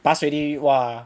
pass already !wah!